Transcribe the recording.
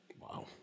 Wow